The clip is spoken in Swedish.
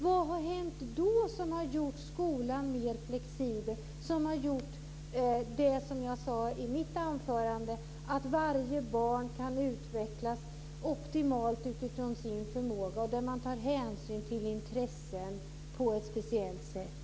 Vad har hänt som har gjort skolan mer flexibel? Vad har hänt som har lett till det jag nämnde i mitt anförande, att varje barn kan utvecklas optimalt utifrån sin förmåga? Vad har hänt som har gjort att man tar hänsyn till intressen på ett speciellt sätt?